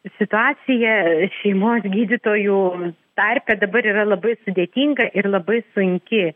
situacija šeimos gydytojų tarpe dabar yra labai sudėtinga ir labai sunki